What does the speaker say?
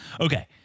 okay